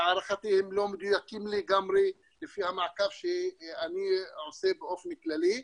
להערכתי הם לא מדויקים לגמרי לפי המעקב שאני עושה באופן כללי.